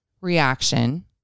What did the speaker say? reaction